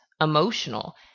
emotional